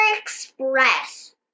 Express